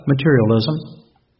Materialism